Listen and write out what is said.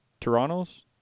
Toronto's